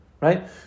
Right